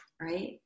right